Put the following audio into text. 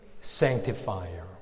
sanctifier